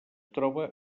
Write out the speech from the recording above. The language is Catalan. troba